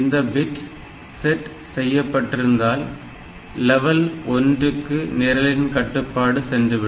இந்த bit set செய்யப்பட்டிருந்தால் level L1 க்கு நிரலின் கட்டுப்பாடு சென்றுவிடும்